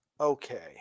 Okay